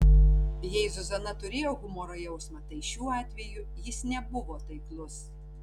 jei zuzana turėjo humoro jausmą tai šiuo atveju jis nebuvo taiklus